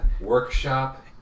workshop